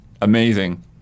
amazing